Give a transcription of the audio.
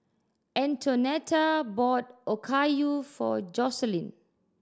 Antonetta bought Okayu for Joseline